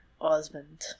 Osmond